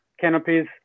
canopies